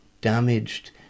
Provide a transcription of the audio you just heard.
damaged